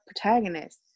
protagonist